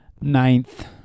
Ninth